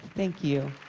thank you.